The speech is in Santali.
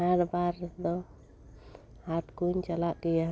ᱦᱟᱴᱵᱟᱨ ᱨᱮᱫᱚ ᱦᱟᱴ ᱠᱚᱧ ᱪᱟᱞᱟᱜ ᱜᱮᱭᱟ